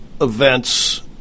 events